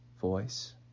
voice